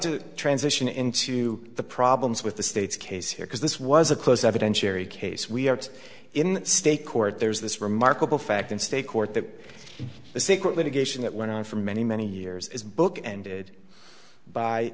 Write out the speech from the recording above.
to transition into the problems with the state's case here because this was a close evidentiary case we are in that state court there's this remarkable fact in state court that the secret litigation that went on for many many years is book ended by